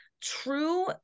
true